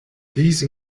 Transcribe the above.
these